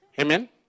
Amen